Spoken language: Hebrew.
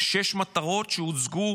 שש מטרות שהוצגו